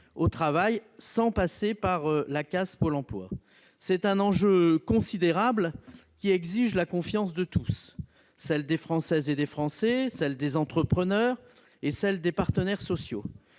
au travail, sans passer par la case Pôle emploi. C'est un enjeu considérable, qui exige la confiance de tous, celle des Françaises et des Français, celle des entrepreneurs et celle des partenaires sociaux.